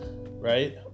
right